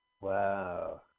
Wow